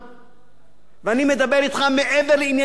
ואני מדבר אתך מעבר לעניינים כלכליים.